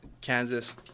Kansas